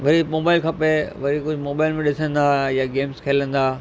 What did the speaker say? वरी मोबाइल खपे वरी कुझु मोबाइल में ॾीसंदा या गेम्स खेलंदा